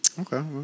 Okay